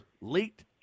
leaked